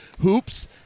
hoops